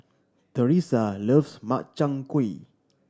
Teresa loves Makchang Gui